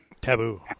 taboo